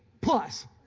plus